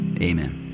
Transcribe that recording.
Amen